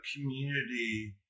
community